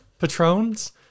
patrons